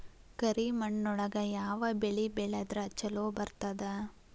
ಕರಿಮಣ್ಣೊಳಗ ಯಾವ ಬೆಳಿ ಬೆಳದ್ರ ಛಲೋ ಬರ್ತದ?